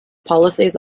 policies